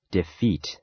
Defeat